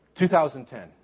2010